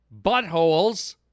buttholes